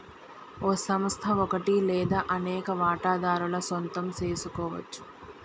ఓ సంస్థ ఒకటి లేదా అనేక వాటాదారుల సొంతం సెసుకోవచ్చు